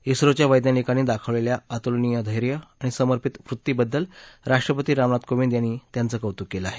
इस्रोच्या वैज्ञानिकांनी दाखवलेल्या अतूलनीय धैर्य आणि समपिंत वृत्तीबद्दल राष्ट्रपती राम नाथ कोविंद यांनी त्यांचं कौतुक केलं आहे